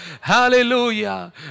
Hallelujah